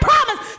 promise